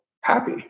happy